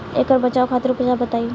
ऐकर बचाव खातिर उपचार बताई?